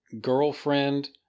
girlfriend